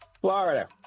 Florida